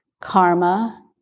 karma